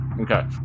Okay